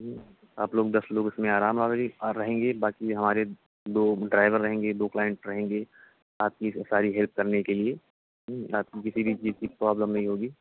آپ لوگ دس لوگ اس میں آرام آوری رہیں گے باقی ہمارے دو ڈرائیور رہیں گے دو کلائنٹ رہیں گے آپ کی ساری ہیلپ کرنے کے لیے آپ کو کسی بھی چیز کی پرابلم نہیں ہوگی